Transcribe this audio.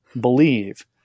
believe